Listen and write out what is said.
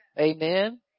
Amen